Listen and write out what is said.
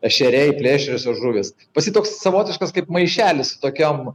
ešeriai plėšriosios žuvys pas jį toks savotiškas kaip maišelis tokiam